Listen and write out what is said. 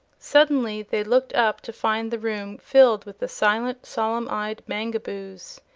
suddenly they looked up to find the room filled with the silent, solemn-eyed mangaboos.